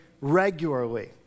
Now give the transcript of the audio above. regularly